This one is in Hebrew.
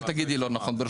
אל תגידי: לא נכון.